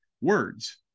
Words